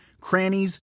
crannies